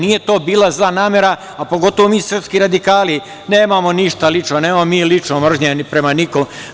Nije to bila zla namera, a pogotovo mi srpski radikali nemamo ništa lično, nemamo mi lično mržnje prema nikome.